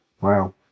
wow